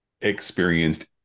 experienced